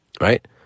Right